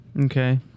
Okay